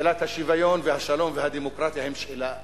שאלת השוויון ושאלת השלום ושאלת הדמוקרטיה הן שאלה אחת.